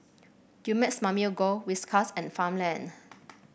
Dumex Mamil Gold Whiskas and Farmland